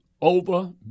over